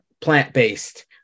plant-based